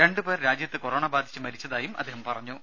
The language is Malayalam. രണ്ടുപേർ രാജ്യത്ത് കൊറോണ ബാധിച്ച് മരിച്ചതായി അദ്ദേഹം പറഞ്ഞു